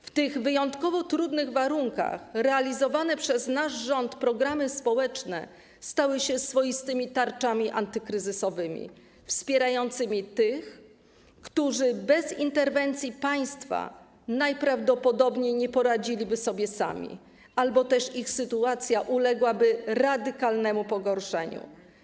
W tych wyjątkowo trudnych warunkach realizowane przez nasz rząd programy społeczne stały się swoistymi tarczami antykryzysowymi wspierającymi tych, którzy bez interwencji państwa najprawdopodobniej nie poradziliby sobie sami albo też ich sytuacja uległaby radykalnemu pogorszeniu.